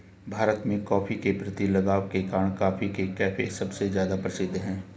भारत में, कॉफ़ी के प्रति लगाव के कारण, कॉफी के कैफ़े सबसे ज्यादा प्रसिद्ध है